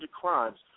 crimes